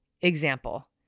example